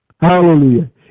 Hallelujah